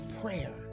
prayer